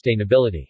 sustainability